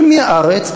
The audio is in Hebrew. של מי הארץ?